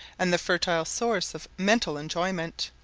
and the fertile source of mental enjoyment,